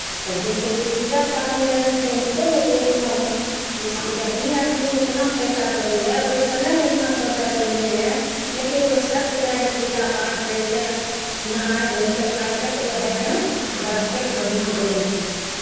तब जैसेकि पूजा पाठमे रहैत हेतै तहियुको लोकके एतना हुआ जैसे जखने एखन इतना पैसा कौड़ी हइ ओहि समयमे एतना पैसा कौड़ी नहि रहय लेकिन एगो शर्त रहय जे पूजा पाठ करि कऽ नहाय धोय कऽ खाय कऽ तऽ उएहमे बड़कति भगवान दै रहथिन